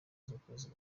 z’ukwezi